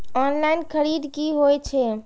Online खरीद की होए छै?